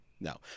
No